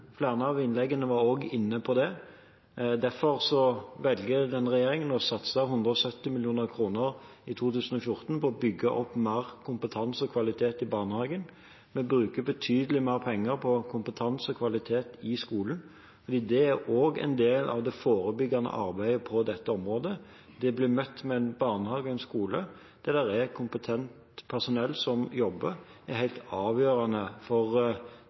Flere var i innleggene også inne på det. Derfor velger denne regjeringen å satse 170 mill. kr i 2014 på å bygge opp mer kompetanse og kvalitet i barnehagen. Vi bruker betydelig mer penger på kompetanse og kvalitet i skolen. Det er også en del av det forebyggende arbeidet på dette området. En blir møtt med en barnehage og en skole der det er kompetent personell som jobber. Det er helt avgjørende for